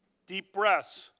deep breaths.